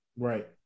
Right